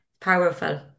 powerful